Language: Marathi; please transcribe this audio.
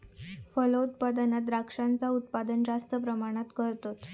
फलोत्पादनात द्रांक्षांचा उत्पादन जास्त प्रमाणात करतत